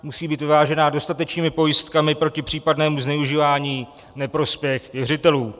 Musí být vyvážená dostatečnými pojistkami proti případnému zneužívání v neprospěch věřitelů.